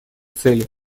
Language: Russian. цели